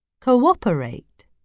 cooperate